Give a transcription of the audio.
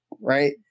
right